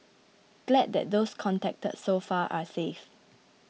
glad that those contacted so far are safe